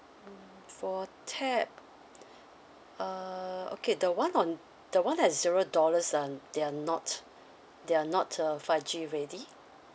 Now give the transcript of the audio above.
mm for tab uh okay the one on the one that is zero dollars are they are not they are not uh five G ready